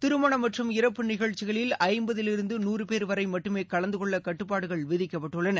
திருமணம் மற்றும் இறப்பு நிகழ்ச்சிகளில் ஐம்பதிலிருந்து நூறுபேர் வரை மட்டுமே கலந்து கொள்ள கட்டுப்பாடுகள் விதிக்கப்பட்டுள்ளது